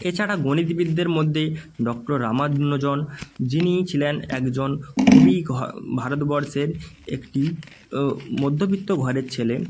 এছাড়া গণিতবিদদের মধ্যে ডক্টর রামানুজন যিনি ছিলেন একজন খুবই ভারতবর্ষের একটি মধ্যবিত্ত ঘরের ছেলে